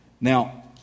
Now